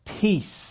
peace